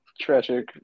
Tragic